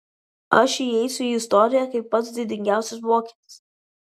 aš įeisiu į istoriją kaip pats didingiausias vokietis